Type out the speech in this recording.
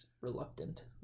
reluctant